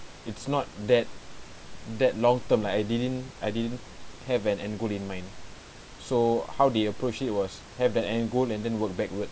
it's not that that long term I didn't I didn't have an end goal in mind so how do you push it was have the end goal and then work backward